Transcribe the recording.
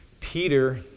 Peter